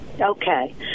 Okay